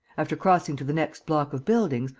after crossing to the next block of buildings,